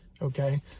Okay